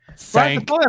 Thank